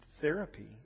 therapy